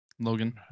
Logan